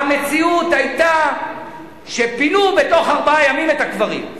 המציאות היתה שפינו בתוך ארבעה ימים את הקברים.